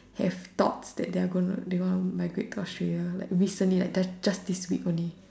have thoughts that they are gonna they gonna migrate to Australia like recently like just this week only